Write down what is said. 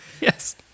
Yes